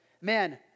man